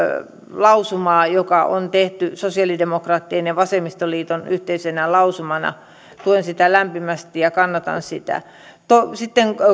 lausumaa joka on tehty sosialidemokraattien ja vasemmistoliiton yhteisenä lausumana tuen sitä lämpimästi ja kannatan sitä sitten